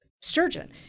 sturgeon